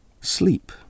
Sleep